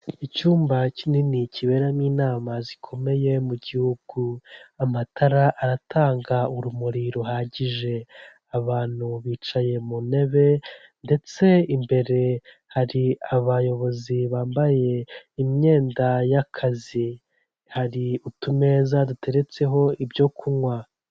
Icyumba kinini kiberamo inama zikomeye mu Gihuhu, amatara aratanga urumuri ruhagije, abantu bicaye mu ntebe ndetse imbere hari abayobozi bambaye imyenda y'akazi. Hari utumeza duteretseho ibyo kunywa.